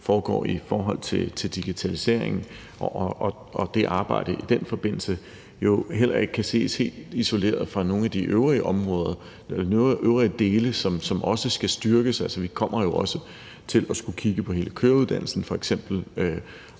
foregå i forhold til digitaliseringen, og arbejdet i den forbindelse, jo heller ikke kan ses helt isoleret fra nogle af de øvrige dele, som også skal styrkes. Vi kommer jo f.eks. også til at skulle kigge på hele køreuddannelsen, og i den